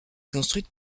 construite